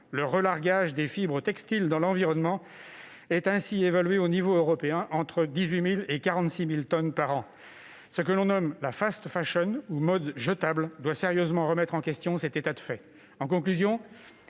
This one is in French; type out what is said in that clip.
Le relargage des fibres textiles dans l'environnement est ainsi évalué à l'échelon européen entre 18 000 et 46 000 tonnes par an. Ce que l'on nomme la, ou « mode jetable », doit sérieusement prendre en compte cet état de fait.